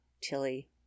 Tilly